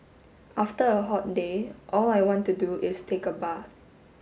after a hot day all I want to do is take a bath